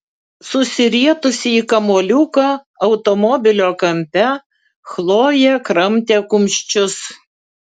susirietusi į kamuoliuką automobilio kampe chlojė kramtė kumščius